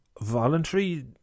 voluntary